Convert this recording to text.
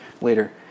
later